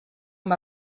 amb